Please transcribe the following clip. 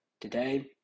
Today